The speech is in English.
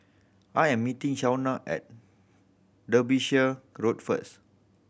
I am meeting Shawna at Derbyshire Road first